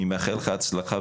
אני מאחל לך הצלחה,